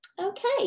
Okay